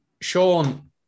Sean